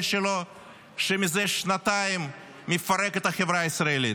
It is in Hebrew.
שלו שמזה שנתיים מפרק את החברה הישראלית,